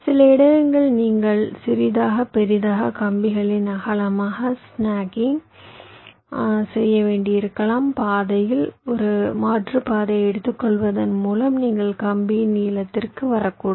சில இடையகங்களை நீங்கள் சிறியதாக பெரியதாக கம்பிகளின் அகலமாக ஸ்னக்கிங் செய்ய வேண்டியிருக்கலாம் பாதையில் ஒரு மாற்றுப்பாதையை எடுத்துக்கொள்வதன் மூலம் நீங்கள் கம்பியின் நீளத்திற்கு வரக்கூடும்